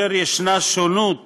וישנה שונות